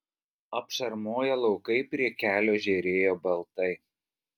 apšarmoję laukai prie kelio žėrėjo baltai